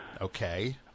Okay